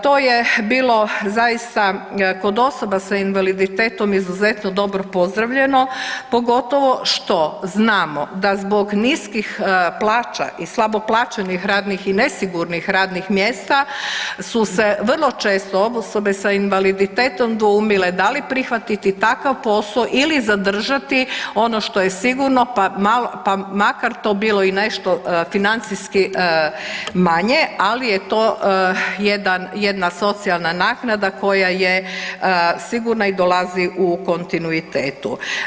To je bilo zaista kod osoba sa invaliditetom izuzetno dobro pozdravljeno pogotovo što znamo da zbog niskih plaća i slabo plaćenih radnih i nesigurnih radnih mjesta su se vrlo često osobe sa invaliditetom dvoumile da li prihvatiti takav posao ili zadržati ono što je sigurno, pa makar to bilo i nešto financijski manje, ali je to jedan, jedna socijalna naknada koja je sigurna i dolazi u kontinuitetu.